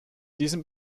diesem